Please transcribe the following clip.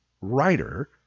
writer